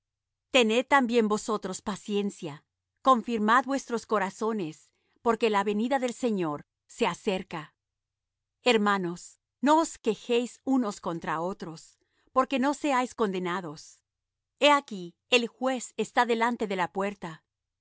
tened también vosotros paciencia confirmad vuestros corazones porque la venida del señor se acerca hermanos no os quejéis unos contra otros porque no seáis condenados he aquí el juez está delante de la puerta